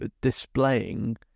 displaying